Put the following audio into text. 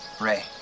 Ray